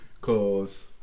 Cause